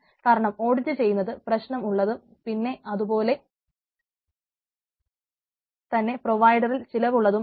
കാരണം ഓഡിറ്റ് ചെയ്യുന്നത് പ്രശ്നമുളളതും പിന്നെ അതുപോലെ തന്നെ പ്രൊവൈഡറിൽ ചിലവുള്ളതും ആണ്